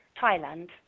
Thailand